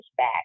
pushback